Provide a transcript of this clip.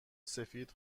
سفید